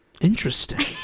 interesting